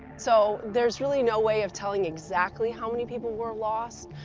so, there's really no way of telling exactly how many people were lost.